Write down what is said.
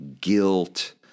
guilt